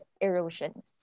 erosions